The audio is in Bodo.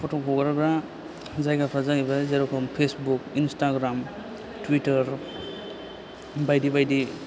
फट' हगारग्रा जायगाफ्रा जाहैबाय जेरेखम फेसबुक इन्सथाग्राम थुइटार बायदि बायदि